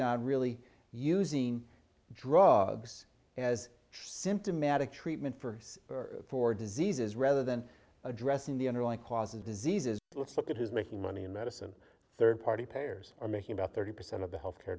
really using drugs as symptomatic treatment for four diseases rather than addressing the underlying causes diseases let's look at who's making money in medicine third party payers are making about thirty percent of the health care